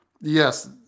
yes